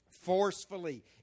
Forcefully